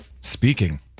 Speaking